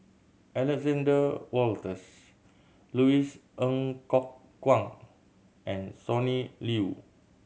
Alexander Wolters Louis Ng Kok Kwang and Sonny Liew